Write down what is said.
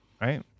Right